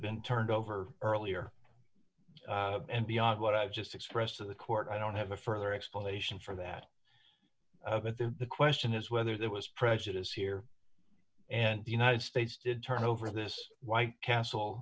been turned over earlier and beyond what i've just expressed to the court i don't have a further explanation for that but the question is whether there was prejudice here and the united states did turn over this white castle